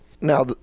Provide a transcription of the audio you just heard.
Now